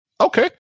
Okay